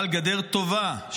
אבל גדר טובה,